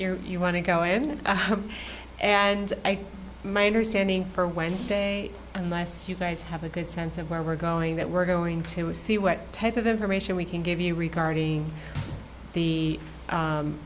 you you want to go in and my understanding for wednesday unless you guys have a good sense of where we're going that we're going to see what type of information we can give you regarding the